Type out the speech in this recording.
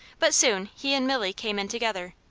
but soon he and milly came in together.